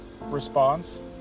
response